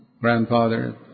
grandfather